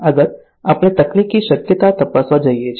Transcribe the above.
આગળ આપણે તકનીકી શક્યતા તપાસવા જઈએ છીએ